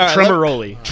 Tremoroli